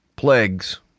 plagues